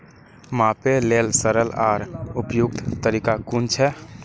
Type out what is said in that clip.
मापे लेल सरल आर उपयुक्त तरीका कुन छै?